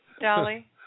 Dolly